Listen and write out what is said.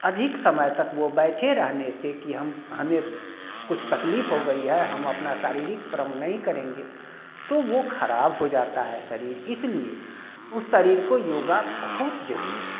अधिक समय तक वो बैठे रहने से कि हम हमें कुछ तकलीफ़ हो गई है हम अपना शारीरिक श्रम नहीं करेंगे तो वो खराब हो जाता है शरीर इसलिए उस शरीर को योग बहुत जरुरी है